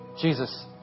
Jesus